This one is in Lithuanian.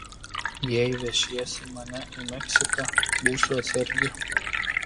jei vešiesi mane į meksiką būsiu atsargi